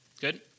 Good